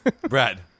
Brad